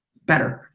better.